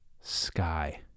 sky